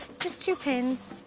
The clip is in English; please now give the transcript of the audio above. just two pins.